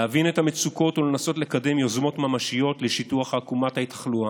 להבין את המצוקות ולנסות לקדם יוזמות ממשיות לשיטוח עקומת התחלואה,